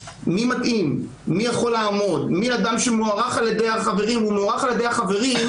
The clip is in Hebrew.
אם עכשיו צריך לשנות את ההרכב של הוועדה לכל ערכאה,